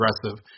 aggressive